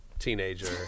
teenager